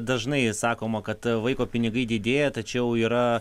dažnai sakoma kad vaiko pinigai didėja tačiau yra